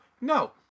no